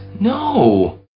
No